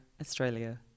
australia